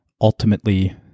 ultimately